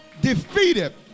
Defeated